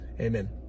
Amen